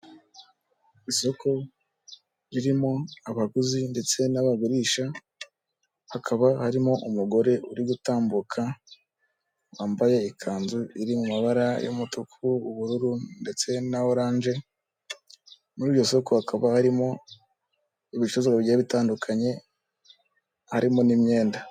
Isoko ririmo abaguzi ndetse n'abagurisha, hakaba harimo umugore uri gutambuka wambaye ikanzu iri mu mabara y'umutuku, ubururu ndetse na oranje, muri iryo soko hakaba harimo ibicuruzwa bigiye bitandukanye harimo n'imyenda.